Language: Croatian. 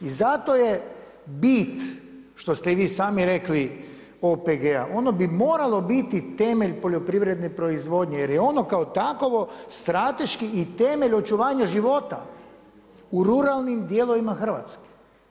I zato je bit što ste i vi sami rekli OPG, ono bi moralo biti temelj poljoprivredne proizvodnje jer je ono kao takovo strateški i temelj očuvanja života u ruralnim dijelovima Hrvatske.